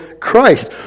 Christ